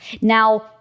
Now